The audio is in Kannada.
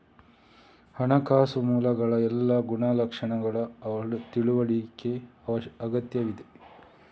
ಹಣಕಾಸು ಮೂಲಗಳ ಎಲ್ಲಾ ಗುಣಲಕ್ಷಣಗಳ ತಿಳುವಳಿಕೆ ಅಗತ್ಯವಿದೆ